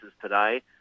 today